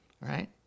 right